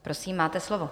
Prosím, máte slovo.